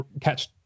catch